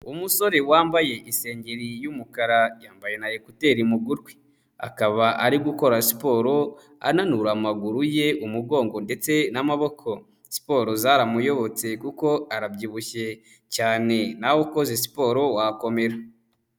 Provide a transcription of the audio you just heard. Umusore wambaye isengeri y'umukara yambaye na ekuteri mu gutwi. Akaba ari gukora siporo ananura amaguru ye, umugongo ndetse n'amaboko. Siporro zaramuyobotse kuko arabyibushye cyane. Nawe ukoze siporo wakomera.